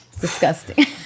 disgusting